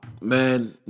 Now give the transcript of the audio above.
man